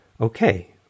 okay